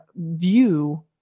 view